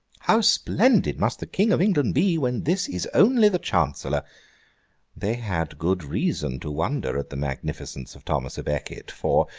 how splendid must the king of england be, when this is only the chancellor they had good reason to wonder at the magnificence of thomas a becket, for,